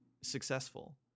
successful